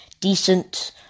decent